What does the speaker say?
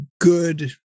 good